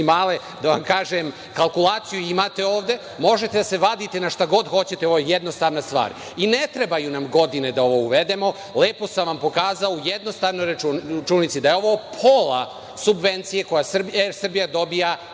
decimale, da vam kažem, kalkulaciju imate ovde, možete da se vadite na šta god hoćete, ovo je jednostavna stvar. Ne trebaju nam godine da ovo uvedemo. Lepo sam vam pokazao, u jednostavnoj računici, da je ovo pola subvencije koje „Er Srbija“ dobija